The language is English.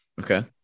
Okay